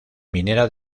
minera